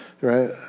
right